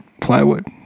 plywood